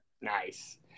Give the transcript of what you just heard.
Nice